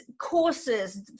courses